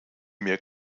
mir